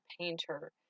painter